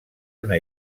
una